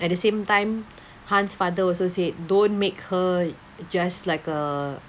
at the same time Hans' father also said don't make her just like a